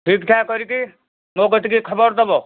ଠିକ୍ ଠାକ୍ କରିକି ମୋ କତିକି ଖବର ଦେବ